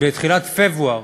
בתחילת פברואר,